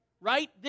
right